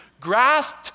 Grasped